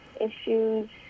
issues